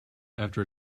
after